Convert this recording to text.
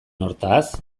hortaz